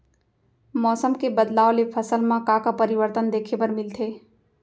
मौसम के बदलाव ले फसल मा का का परिवर्तन देखे बर मिलथे?